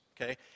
okay